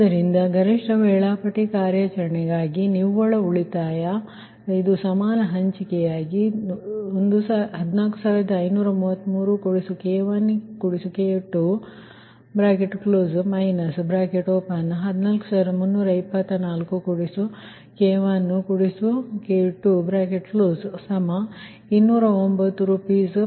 ಆದ್ದರಿಂದ ಗರಿಷ್ಠ ವೇಳಾಪಟ್ಟಿ ಕಾರ್ಯಾಚರಣೆಗಾಗಿ ನಿವ್ವಳ ಉಳಿತಾಯ ಆದ್ದರಿಂದ ಇದು ಸಮಾನ ಹಂಚಿಕೆ 14533K1K2 14324K1K2209 Rshr